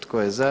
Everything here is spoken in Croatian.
Tko je za?